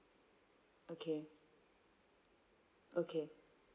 okay okay